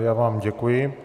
Já vám děkuji.